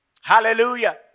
Hallelujah